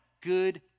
Good